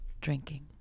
drinking